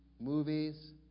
movies